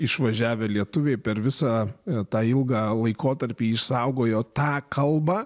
išvažiavę lietuviai per visą tą ilgą laikotarpį išsaugojo tą kalbą